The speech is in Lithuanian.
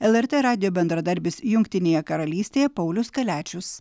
lrt radijo bendradarbis jungtinėje karalystėje paulius kaliačius